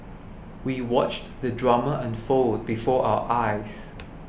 we watched the drama unfold before our eyes